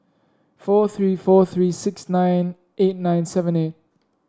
four three four three six nine eight nine seven eight